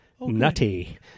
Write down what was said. Nutty